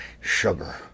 Sugar